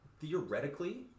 Theoretically